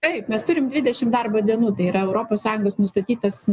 taip mes turim dvidešimt darbo dienų tai yra europos sąjungos nustatytas